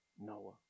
noah